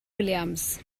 williams